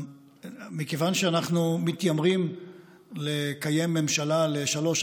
מכיוון שאנחנו מתיימרים לקיים ממשלה לשלוש,